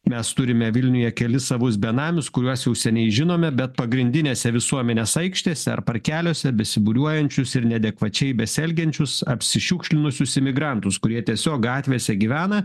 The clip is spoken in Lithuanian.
mes turime vilniuje kelis savus benamius kuriuos jau seniai žinome bet pagrindinėse visuomenės aikštėse ar parkeliuose besibūriuojančius ir neadekvačiai besielgiančius apsišiukšlinusius imigrantus kurie tiesiog gatvėse gyvena